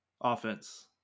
offense